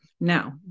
Now